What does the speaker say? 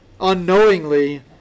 unknowingly